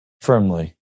firmly